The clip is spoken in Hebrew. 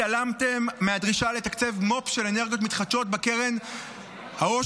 התעלמתם מהדרישה לתקצב מו"פ של אנרגיות מתחדשות בקרן העושר,